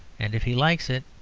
and if he likes it,